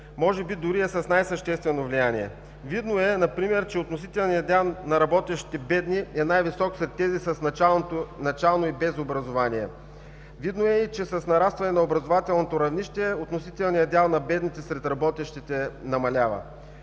Може би дори е с най-съществено влияние. Видно е например, че относителният дял на работещите бедни е най-висок след тези с начално и без образование. Видно е, че с нарастването на образователното равнище относителният дял на бедните сред работещите намалява.